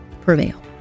prevail